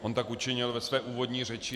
On tak učinil ve své úvodní řeči.